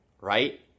right